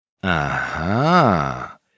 Aha